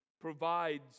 provides